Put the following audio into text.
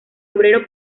obrero